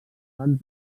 van